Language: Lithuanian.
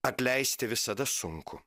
atleisti visada sunku